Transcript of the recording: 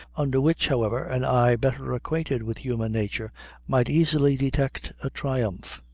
under which, however, an eye better acquainted with human nature might easily detect a triumph.